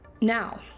Now